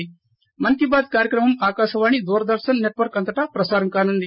మన్కీ bath కార్యక్రమం Akashvani Doordarshan network అంతటా ప్రసారం కానుంది